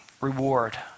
reward